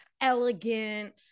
elegant